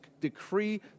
decree